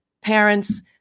parents